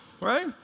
right